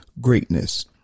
greatness